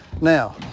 now